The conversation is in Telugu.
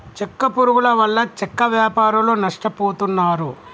చెక్క పురుగుల వల్ల చెక్క వ్యాపారులు నష్టపోతున్నారు